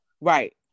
Right